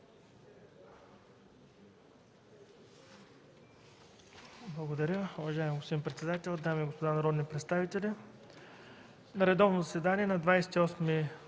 Благодаря,